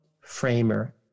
framer